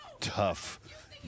tough